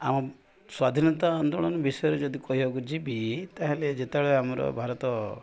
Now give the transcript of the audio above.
ଆମ ସ୍ୱାଧୀନତା ଆନ୍ଦୋଳନ ବିଷୟରେ ଯଦି କହିବାକୁ ଯିବି ତାହେଲେ ଯେତେବେଳେ ଆମର ଭାରତ